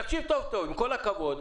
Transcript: תקשיב היטב, עם כל הכבוד.